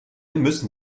müssen